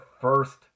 first